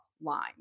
line